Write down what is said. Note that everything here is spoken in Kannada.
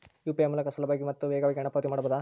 ಯು.ಪಿ.ಐ ಮೂಲಕ ಸುಲಭವಾಗಿ ಮತ್ತು ವೇಗವಾಗಿ ಹಣ ಪಾವತಿ ಮಾಡಬಹುದಾ?